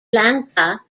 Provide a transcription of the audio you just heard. lanka